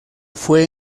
fue